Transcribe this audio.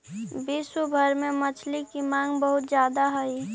विश्व भर में मछली की मांग बहुत ज्यादा हई